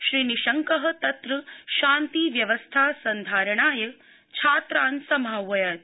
श्रीनिश्शंक तत्र शान्ति व्यवस्था सन्धारणाय छात्रान समाहवयत्